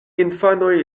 infanoj